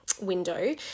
window